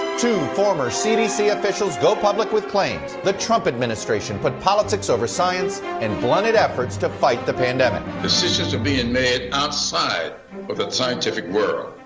two former cdc officials go public with claims, the trump administration put politics over science and blunted efforts to fight the pandemic. decisions are being made outside of the scientific world.